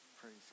Praise